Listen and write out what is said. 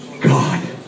God